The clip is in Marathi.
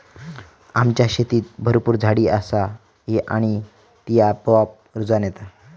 आमच्या शेतीत भरपूर झाडी असा ही आणि ती आपोआप रुजान येता